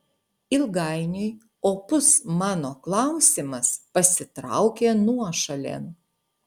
ilgainiui opus mano klausimas pasitraukė nuošalėn